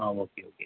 ആ okay okay